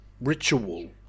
Ritual